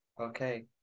Okay